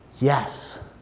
yes